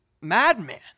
madman